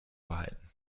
behalten